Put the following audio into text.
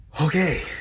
okay